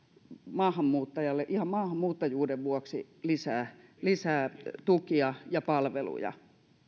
maahanmuuttajalle ihan maahanmuuttajuuden vuoksi lisää lisää tukia ja palveluja voivat jopa lisätä sitä